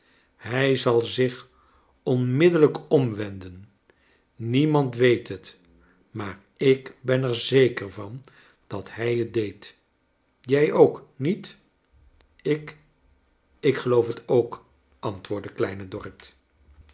hij zal zich onmiddellijk omwenden niemand weet het maar ik ben er zeker van dat hij t deed jij ook niet ik ik geloof het ook antwoordde kleine dorrit